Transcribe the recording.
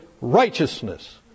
righteousness